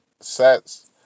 sets